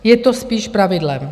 Je to spíš pravidlem.